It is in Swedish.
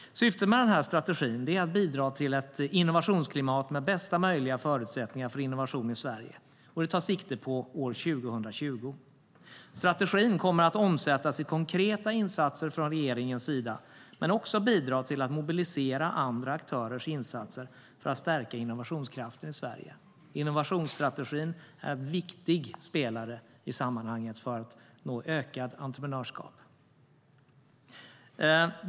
Syftet med den strategin är att bidra till ett innovationsklimat med bästa möjliga förutsättningar för innovation i Sverige. Den tar sikte på år 2020. Strategin kommer att omsättas i konkreta insatser från regeringens sida men också bidra till att mobilisera andra aktörers insatser för att stärka innovationskraften i Sverige. Innovationsstrategin är en viktig spelare i sammanhanget för att nå ökat entreprenörskap.